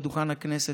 מעל דוכן הכנסת,